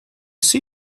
see